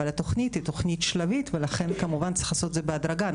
אבל התוכנית היא תוכנית שלבית ולכן כמובן צריך לעשות את זה בהדרגה.